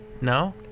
no